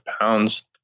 pounds